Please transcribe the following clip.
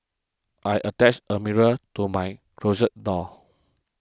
I attached a mirror to my closet door